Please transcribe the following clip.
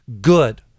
good